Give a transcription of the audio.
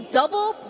double